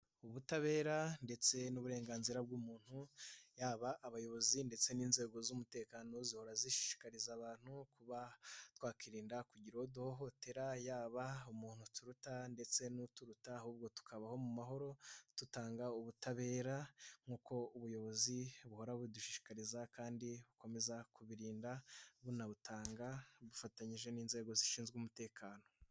Ubutabera ndetse n'uburenganzira bw'umuntu yaba abayobozi ndetse n'inzego z'umutekano. Zihora zishikariza abantu kuba twakirinda kugira uwo duhohotera yaba umuntu turuta ndetse n'uturuta. Ahubwo tukabaho mu mahoro dutanga ubutabera nk'uko ubuyobozi buhora budushishikariza kandi bukomeza kubirinda. Bunabutanga bufatanyije n'inzego zishinzwe umutekano.